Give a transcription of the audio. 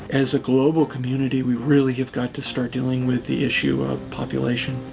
as a global community we really have got to start dealing with the issue of population.